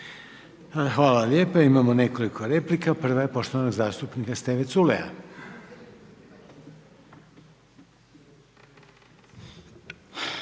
Hvala lijepa. Imamo nekoliko replika, prva je poštovanog zastupnika Steve Culeja.